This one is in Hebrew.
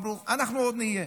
הם אמרו: אנחנו עוד נהיה.